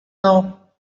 now